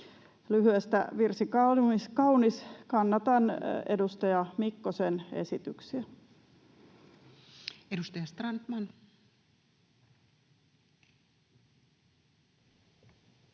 Lyhyestä virsi kaunis: kannatan edustaja Mikkosen esityksiä. [Speech